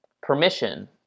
permission